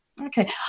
Okay